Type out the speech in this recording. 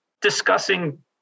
discussing